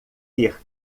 ter